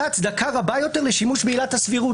הצדקה רבה יותר לשימוש בעילת הסבירות.